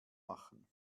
machen